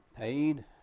paid